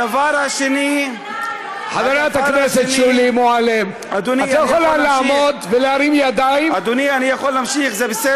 אתם גם אומרים להם לא לעשות שירות אזרחי.